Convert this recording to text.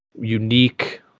unique